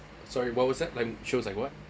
sorry what was that like shows like what